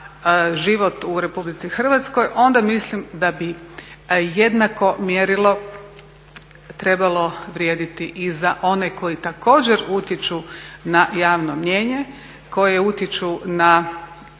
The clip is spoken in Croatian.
život u Republici Hrvatskoj onda mislim da bi jednako mjerilo trebalo vrijediti i za one koji također utječu na javno mnijenje, koje utječu na